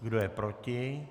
Kdo je proti?